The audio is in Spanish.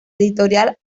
editorial